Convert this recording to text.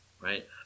right